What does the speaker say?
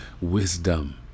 wisdom